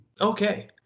Okay